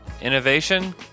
innovation